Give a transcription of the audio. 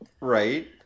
Right